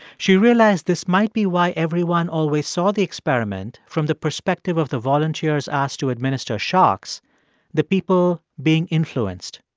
she realized this might be why everyone always saw the experiment from the perspective of the volunteers asked to administer shocks the people being influenced.